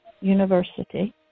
University